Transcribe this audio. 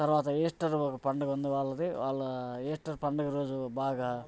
తర్వాత ఈస్టర్ ఒక పండుగ ఉంది వాళ్ళది వాళ్ళ ఈస్టర్ పండుగ రోజు బాగా